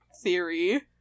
theory